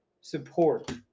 support